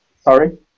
Sorry